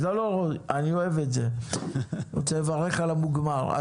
אני אוהב את זה, אתה רוצה לברך על המוגמר.